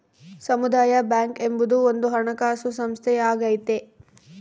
ಸಮುದಾಯ ಬ್ಯಾಂಕ್ ಎಂಬುದು ಒಂದು ಹಣಕಾಸು ಸಂಸ್ಥೆಯಾಗೈತೆ